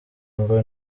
ngo